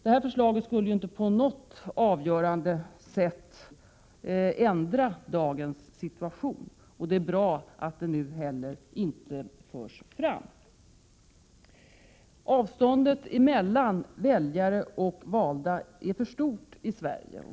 Denna metod skulle dock inte på något avgörande sätt ändra dagens situation, och det är bra att det förslaget nu inte heller förs fram. Avståndet mellan väljare och valda är för stort i Sverige.